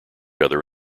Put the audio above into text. other